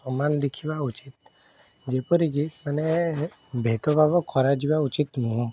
ସମାନ ଦେଖବା ଉଚିତ ଯେପରିକି ମାନେ ଭେଦଭାବ କରାଯିବା ଉଚିତ୍ ନୁହଁ